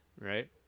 right